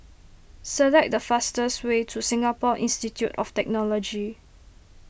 select the fastest way to Singapore Institute of Technology